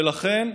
ולכן,